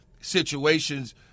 situations